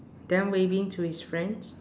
then waving to his friends